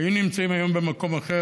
היו נמצאים היום במקום אחר.